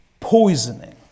Poisoning